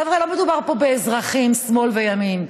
חבר'ה, לא מדובר פה באזרחים, שמאל וימין.